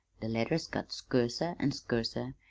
the letters got skurser an' skurser,